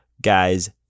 guys